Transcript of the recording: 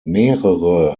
mehrere